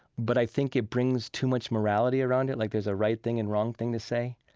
but i think it brings too much morality around it, like there's a right thing and wrong thing to say.